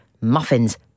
Muffins